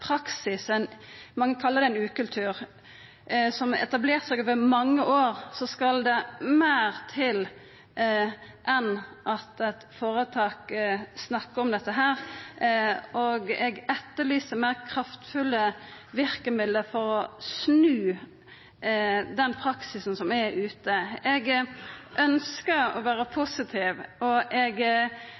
praksis – mange kallar det ein ukultur – som har etablert seg over mange år, skal det meir til enn at eit føretak snakkar om det. Eg etterlyser meir kraftfulle verkemiddel for å snu den praksisen som er der ute. Eg ønskjer å vera positiv, og eg er glad for at alle har det same målet, men eg